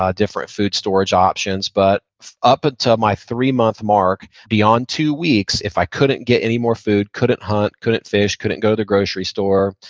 ah different food storage options. but up until my three-month mark, beyond two weeks, if i couldn't get any more food, couldn't hunt, couldn't fish, couldn't go to grocery store,